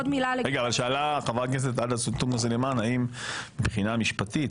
שאלה חברת הכנסת עאידה תומא סלימאן האם מבחינה משפטית,